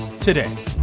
today